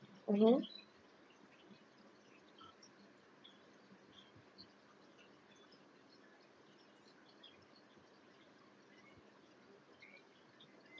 mmhmm